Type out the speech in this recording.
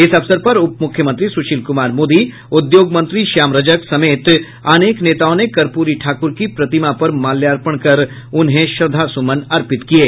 इस अवसर पर उप मुख्यमंत्री सुशील कुमार मोदी उद्योग मंत्री श्याम रजक समेत अनेक नेताओं ने कर्पूरी ठाकुर की प्रतिमा पर माल्यापंण कर उन्हें श्रद्धा सुमन अर्पित किये